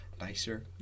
nicer